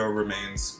remains